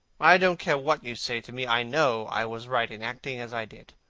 i don't care what you say to me. i know i was right in acting as i did.